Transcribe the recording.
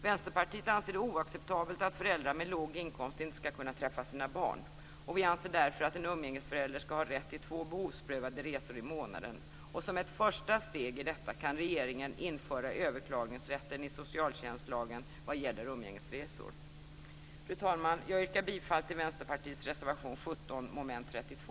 Vänsterpartiet ser det som oacceptabelt att föräldrar med låg inkomst inte skall kunna träffa sina barn. Vi anser därför att en umgängesförälder skall har rätt till två behovsprövade resor i månaden. Som ett första steg kan regeringen införa överklagningsrätt i socialtjänstlagen vad gäller umgängesresor. Fru talman! Jag yrkar bifall till Vänsterpartiets reservation 17 under mom. 32.